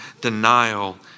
denial